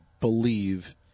believe